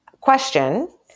Question